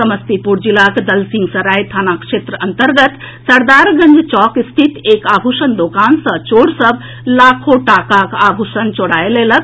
समस्तीपुर जिलाक दलसिंहराय थाना क्षेत्र अंतर्गत सरदारगंज चौक स्थित एक आभूषण दोकान सॅ चोर सभ लाखो टाकाक आभूषण चोराए लेलक